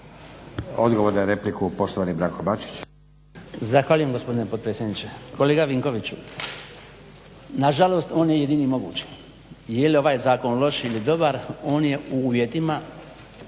Odgovor na repliku poštovani Branko Bačić. **Bačić, Branko (HDZ)** Zahvaljujem gospodine potpredsjedniče. Kolega Vinkoviću, nažalost on je jedini mogući. Jel je ovaj zakon ili loš ili dobar on je u uvjetima